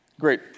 Great